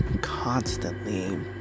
constantly